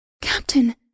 Captain